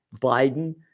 Biden